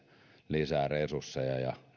lisää resursseja ja